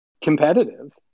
competitive